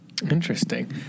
interesting